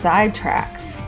Sidetracks